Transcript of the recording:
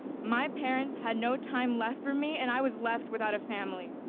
my parents had no time left for me and i was left without a family.